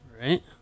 Right